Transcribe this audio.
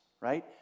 right